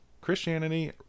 christianity